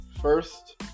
first